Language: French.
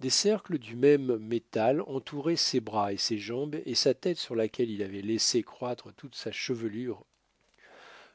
des cercles du même métal entouraient ses bras et ses jambes et sa tête sur laquelle il avait laissé croître toute sa chevelure